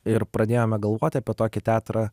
ir pradėjome galvot apie tokį teatrą